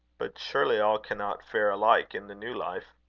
but surely all cannot fare alike in the new life.